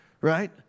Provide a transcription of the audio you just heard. right